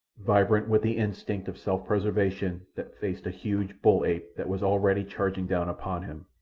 vibrant with the instinct of self-preservation, that faced a huge bull-ape that was already charging down upon him.